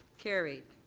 carried.